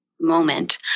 moment